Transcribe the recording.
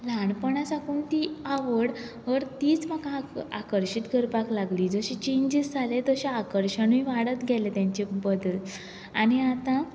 ल्हानपणासान साकून ती आवड वो तीच म्हाका आकर्शीत करपाक लागली जशी चेंजीस जाले तशे आकर्शणूय वाडत गेलें तेंचे बद्दल आनी आतां